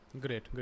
great